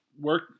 work